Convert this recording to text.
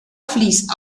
fließt